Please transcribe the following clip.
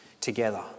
together